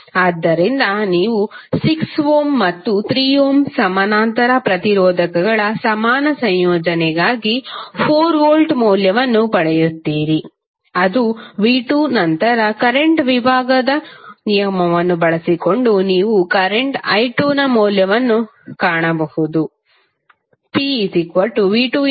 ಆದ್ದರಿಂದ ನೀವು 6 ಓಮ್ ಮತ್ತು 3 ಓಮ್ ಸಮಾನಾಂತರ ಪ್ರತಿರೋಧಕಗಳ ಸಮಾನ ಸಂಯೋಜನೆಗಾಗಿ 4 ವೋಲ್ಟ್ ಮೌಲ್ಯವನ್ನು ಪಡೆಯುತ್ತೀರಿ ಅದು v2 ನಂತರ ಕರೆಂಟ್ ವಿಭಾಗದ ನಿಯಮವನ್ನು ಬಳಸಿಕೊಂಡು ನೀವು ಕರೆಂಟ್ i2 ನ ಮೌಲ್ಯವನ್ನು ಕಾಣಬಹುದು Pv2i24435